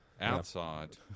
Outside